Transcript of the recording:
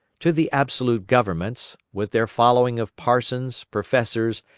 to the absolute governments, with their following of parsons, professors,